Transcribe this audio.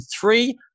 three